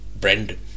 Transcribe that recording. Brendan